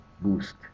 boost